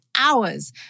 hours